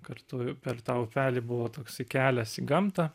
kartu per tą upelį buvo toksai kelias į gamtą